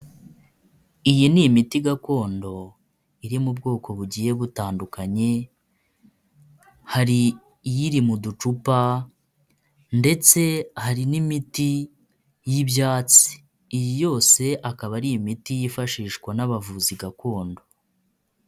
Iyi ni imiti gakondo iri mu bwoko bugiye butandukanye, hari iyiri mu ducupa ndetse hari n'imiti y'ibyatsi iyi yose akaba ari imiti yifashishwa n'abavuzi gakondo.